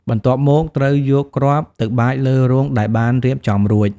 បន្ទាប់មក ត្រូវយកគ្រាប់ទៅបាចលើរងដែលបានរៀបចំរួច។